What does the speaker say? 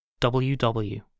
WW